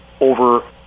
over